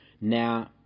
now